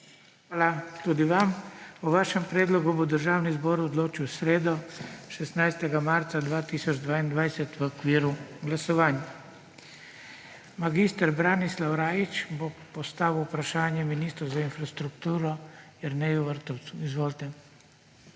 Hvala tudi vam. O vašem predlogu bo Državni zbor odločil v sredo, 16. marca 2022, v okviru glasovanj. Mag. Branislav Rajić bo postavil vprašanje ministru za infrastrukturo Jerneju Vrtovcu. Izvolite.